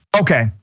Okay